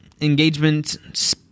engagement